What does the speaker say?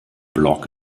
blog